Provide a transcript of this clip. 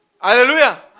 Hallelujah